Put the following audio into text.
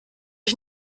ich